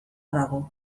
dago